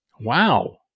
Wow